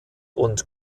und